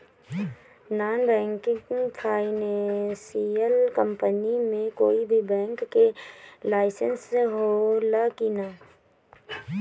Non banking financial company मे कोई भी बैंक के लाइसेन्स हो ला कि ना?